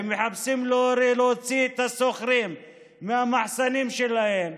ומחפשים להוציא את השוכרים מהמחסנים שלהם,